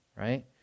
right